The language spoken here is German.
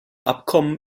abkommen